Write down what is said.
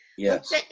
Yes